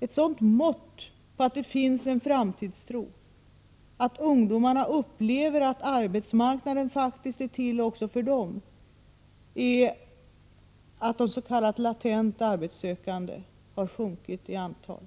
Ett sådant mått på att det finns en framtidstro, att ungdomarna upplever att arbetsmarknaden faktiskt är till också för dem, är att de s.k. latent arbetssökande har minskat i antal.